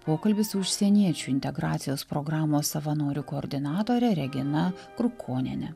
pokalbis su užsieniečių integracijos programos savanorių koordinatore regina krukoniene